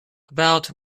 about